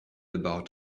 about